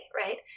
right